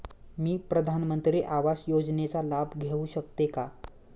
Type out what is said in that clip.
मी प्रधानमंत्री आवास योजनेचा लाभ घेऊ शकते का?